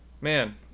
man